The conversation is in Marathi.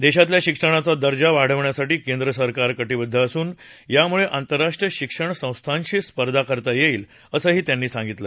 देशातल्या शिक्षणाचा दर्जा वाढवण्यासाठी केंद्र सरकार कटिबद्ध असून यामुळे आंतरराष्ट्रीय शिक्षण संस्थांशी स्पर्धा करता येईल असंही त्यांनी सांगितलं